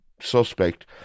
suspect